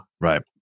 Right